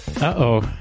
Uh-oh